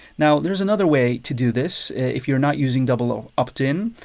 now, there's another way to do this if you are not using double opt-in,